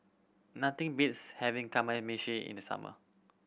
nothing beats having Kamameshi in the summer